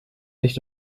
nicht